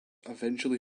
eventually